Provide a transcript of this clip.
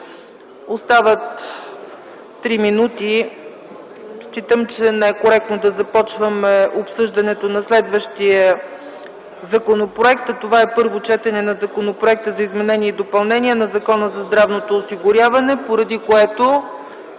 Остават три минути и считам, че не е коректно да започваме обсъждането на следващия законопроект, а това е първо четене на Законопроекта за изменение и допълнение на Закона за здравното осигуряване, поради което